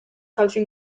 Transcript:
calcio